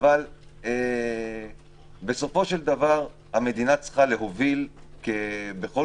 אבל בסופו של דבר המדינה צריכה להוביל בכל